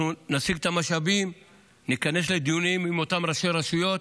אנחנו נשיג את המשאבים וניכנס לדיונים עם אותם ראשי רשויות.